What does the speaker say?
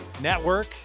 Network